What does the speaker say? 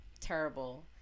terrible